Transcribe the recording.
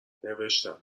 نوشتم